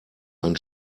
ein